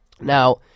Now